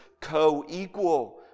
co-equal